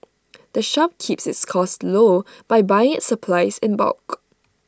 the shop keeps its costs low by buying its supplies in bulk